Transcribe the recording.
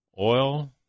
Oil